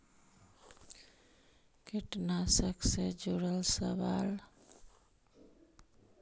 कीटनाशक से जुड़ल सवाल?